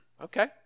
okay